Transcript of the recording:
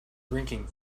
drinking